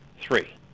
three